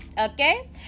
okay